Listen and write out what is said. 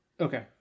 Okay